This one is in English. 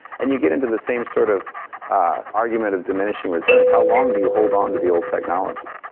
and you get into the same sort of argument of diminishing returns. how long do you hold on to the old technology?